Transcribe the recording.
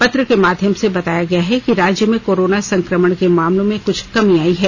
पत्र के माध्यम से बताया गया है कि राज्य में कोरोना संक्रमण के मामलों में कुछ कमी आयी है